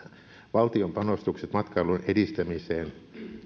valtion panostukset matkailun edistämiseen